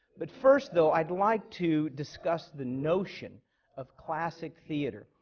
but first, though, i'd like to discuss the notion of classic theatre.